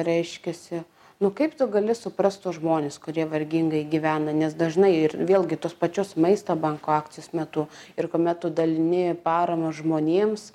reiškiasi nu kaip tu gali suprast tuos žmones kurie vargingai gyvena nes dažnai ir vėlgi tos pačios maisto banko akcijos metu ir kuomet tu dalini paramą žmonėms